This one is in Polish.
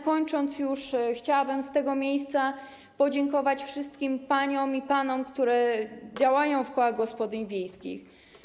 Kończąc już, chciałabym z tego miejsca podziękować wszystkim paniom i panom, którzy działają w kołach gospodyń wiejskich.